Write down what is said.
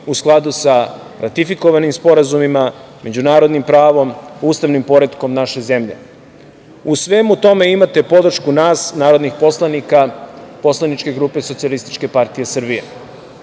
u skladu sa ratifikovanim sporazumima, međunarodnim pravom, ustavnim poretkom naše zemlje.U svemu tome, imate podršku nas narodnih poslanika, poslaničke grupe SPS.Moje konkretno pitanje